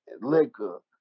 liquor